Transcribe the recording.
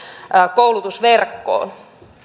koulutusverkkoon